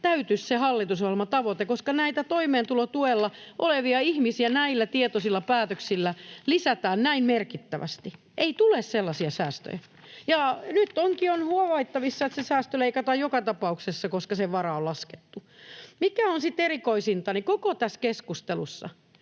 täyty se hallitusohjelmatavoite, koska näitä toimeentulotuella olevia ihmisiä näillä tietoisilla päätöksillä lisätään näin merkittävästi. Ei tule sellaisia säästöjä. Nyt onkin ollut havaittavissa, että säästö leikataan joka tapauksessa, koska sen varaan on laskettu. Mikä on sitten erikoisinta, niin koko tässä keskustelussa